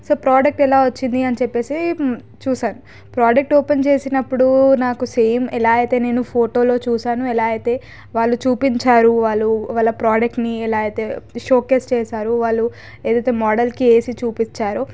so product ఎలా వచ్చింది అని చెప్పేసి చూశాను ప్రోడెక్ట్ ఓపెన్ చేసినప్పుడు నాకు సేమ్ ఎలా అయితే నేను ఫోటోలో చూశాను ఎలా అయితే వాళ్ళు చూపించారు వాళ్ళు వాళ్ళ ప్రొడక్ట్ని ఎలా అయితే షోకేస్ చేశారు వాళ్ళు ఏదైతే మోడల్కి వేసి చూపిచ్చారో